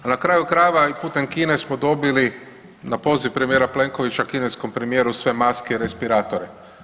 A na kraju krajeva i putem Kine smo dobili na poziv premijera Plenkovića kineskom premijeru sve maske i respiratore.